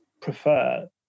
prefer